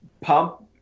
pump